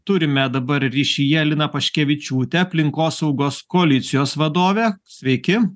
turime dabar ryšyje liną paškevičiūtę aplinkosaugos koalicijos vadovę sveiki